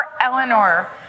Eleanor